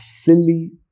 silly